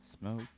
Smoke